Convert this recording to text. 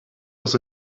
was